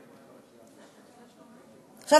עכשיו,